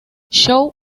show